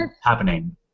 happening